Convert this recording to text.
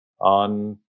on